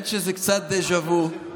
האמת שזה קצת דז'ה וו.